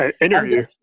interview